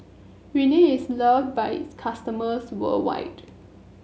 Rene is loved by its customers worldwide